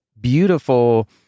beautiful